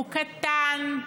הוא קטן,